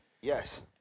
Yes